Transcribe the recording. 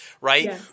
right